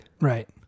right